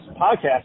podcast